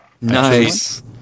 Nice